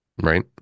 Right